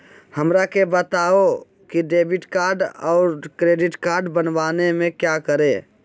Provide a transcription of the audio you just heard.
हमरा के बताओ की डेबिट कार्ड और क्रेडिट कार्ड बनवाने में क्या करें?